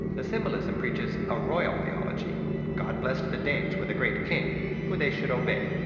the symbolism preaches a royal theology god blessed the danes with a great king who they should obey.